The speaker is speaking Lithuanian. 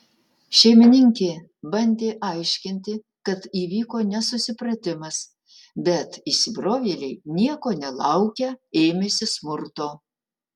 šeimininkė bandė aiškinti kad įvyko nesusipratimas bet įsibrovėliai nieko nelaukę ėmėsi smurto